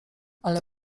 ale